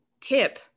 tip